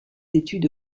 études